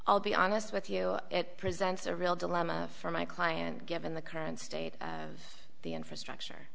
i'll be honest with you it presents a real dilemma for my client given the current state of the infrastructure